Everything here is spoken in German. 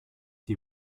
die